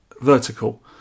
vertical